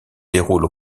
déroule